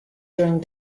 during